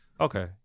Okay